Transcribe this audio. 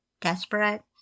desperate